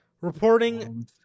reporting